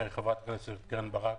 חברת הכנסת קרן ברק,